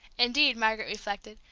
indeed, margaret reflected,